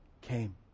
came